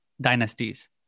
dynasties